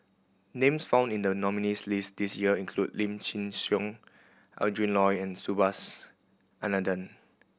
names found in the nominees' list this year include Lim Chin Siong Adrin Loi and Subhas Anandan